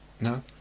No